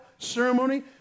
Ceremony